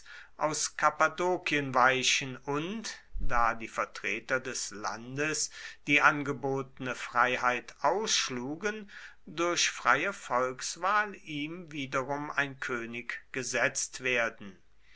aus kappadokien weichen und da die vertreter des landes die angebotene freiheit ausschlugen durch freie volkswahl ihm wiederum ein könig gesetzt werden